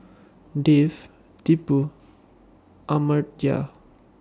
Dev Tipu Amartya